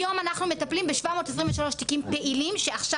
היום אנחנו מטפלים ב-723 תיקים פעילים שעכשיו